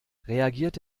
reagiert